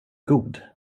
god